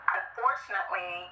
unfortunately